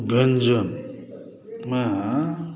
व्यञ्जनमे